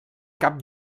cap